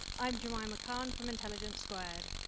i'm jemima khan from intelligence squared.